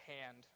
hand